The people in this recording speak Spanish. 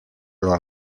los